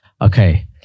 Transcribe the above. Okay